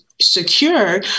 secure